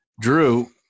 Drew